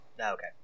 Okay